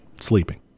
Sleeping